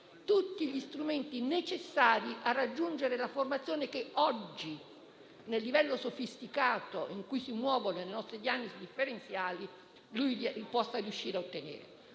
tutti gli strumenti necessari a raggiungere quella formazione che oggi, considerato il livello sofisticato in cui si muovono le nostre diagnosi differenziali, egli deve riuscire a ottenere.